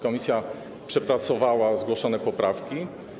Komisja przepracowała zgłoszone poprawki.